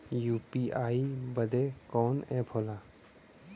UPI बदे कवन app होला?